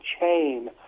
chain